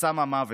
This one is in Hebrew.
לסם המוות.